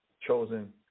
chosen